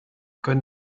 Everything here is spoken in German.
können